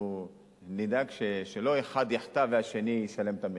אנחנו נדאג שלא אחד יחטא והשני ישלם את המחיר.